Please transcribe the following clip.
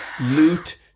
Loot